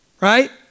right